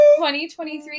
2023